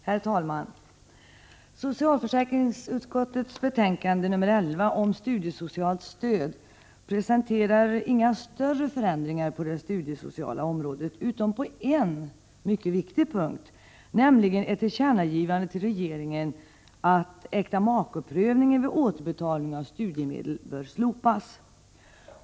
Herr talman! Socialförsäkringsutskottets betänkande 1986/87:11 om studiesocialt stöd presenterar inga större förändringar på det studiesociala området — utom på en viktig punkt, nämligen i form av ett tillkännagivande till regeringen att äktamakeprövningen vid återbetalning av studiemedel bör slopas.